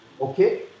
Okay